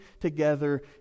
together